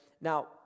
Now